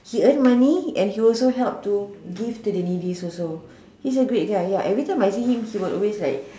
he earn money and he also help to give to the needies also he's a great guy ya every time I see him he will always like